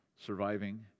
surviving